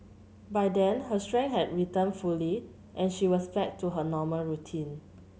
by then her strength had returned fully and she was back to her normal routine